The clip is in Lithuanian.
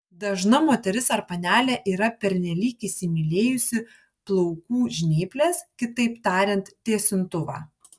dažna moteris ar panelė yra pernelyg įsimylėjusi plaukų žnyples kitaip tariant tiesintuvą